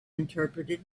interpreted